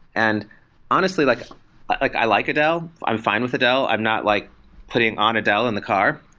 and honestly, like like i like adele, i'm fine with adele. i'm not like putting on adele in the car,